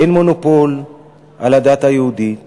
אין מונופול על הדת היהודית